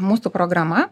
mūsų programa